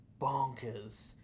bonkers